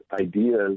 ideas